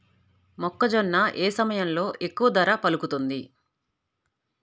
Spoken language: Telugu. మొక్కజొన్న ఏ సమయంలో ఎక్కువ ధర పలుకుతుంది?